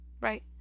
right